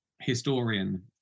historian